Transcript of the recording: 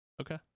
Okay